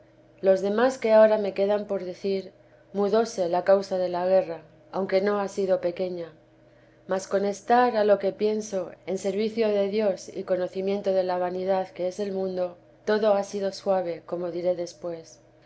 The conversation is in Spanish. los demás que ahora me quedan por decir mudóse la causa de la guerra aunque no ha sido pequeña mas con estar a lo que pienso en servicio de dios y conocimiento de la vanidad que es el mundo todo ha sido suave como diré después